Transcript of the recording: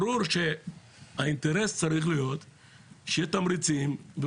ברור שהאינטרס צריך להיות שיהיו תמריצים,